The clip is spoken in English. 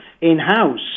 in-house